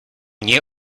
nie